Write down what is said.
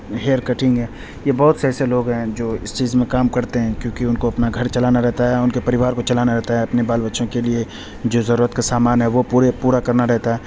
hair cutting ہے یہ بہت سے ایسے لوگ ہیں جو اس چیز میں کام کرتے ہیں کیونکہ ان کو اپنا گھر چلانا رہتا ہے ان کے پریوار کو چلانا رہتا ہے اپنے بال بچوں کے لیے جو ضرورت کا سامان ہے وہ پورے پورا کرنا رہتا ہے